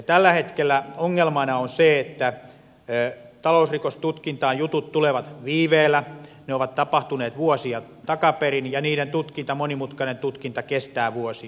tällä hetkellä ongelmana on se että talousrikostutkintaan jutut tulevat viiveellä ne ovat tapahtuneet vuosia takaperin ja niiden monimutkainen tutkinta kestää vuosia